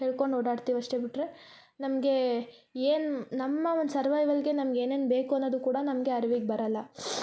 ಹೇಳ್ಕೊಂಡು ಓಡಾಡ್ತೀವಿ ಅಷ್ಟೆ ಬಿಟ್ಟರೆ ನಮಗೆ ಏನು ನಮ್ಮ ಒಂದು ಸರ್ವೈವಲ್ಗೆ ನಮ್ಗ ಏನೇನು ಬೇಕು ಅನ್ನೋದು ಕೂಡ ನಮ್ಗ ಅರಿವಿಗ ಬರಲ್ಲ